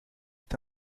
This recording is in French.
est